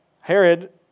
Herod